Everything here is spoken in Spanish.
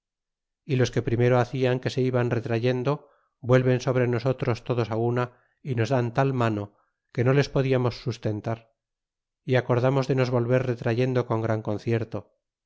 y los que primero hacian que se iban retrayendo vuelven sobre nosotros todos una y nos dan tal mano que no les podiamos sustentar y acordamos de nos volver retrayendo con gran concierto